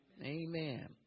amen